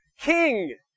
king